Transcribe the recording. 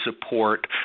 support